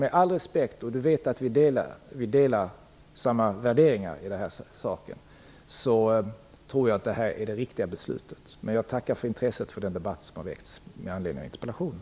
Juan Fonseca vet att vi delar samma värderingar i denna fråga. Med all respekt tror jag att detta är det riktiga beslutet. Jag tackar för intresset för den debatt som har väckts med anledning av interpellationen.